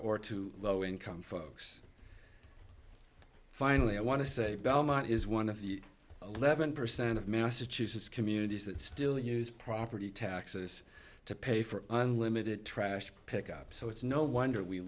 or to low income folks finally i want to say belmont is one of the eleven percent of massachusetts communities that still use property taxes to pay for unlimited trash pickup so it's no wonder we